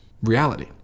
reality